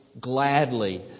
gladly